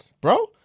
bro